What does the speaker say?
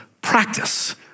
practice